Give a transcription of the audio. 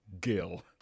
Gil